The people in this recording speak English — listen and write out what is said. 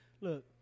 look